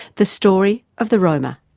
the story of the roma.